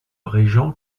régent